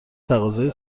تقاضای